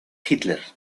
hitler